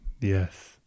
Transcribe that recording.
Yes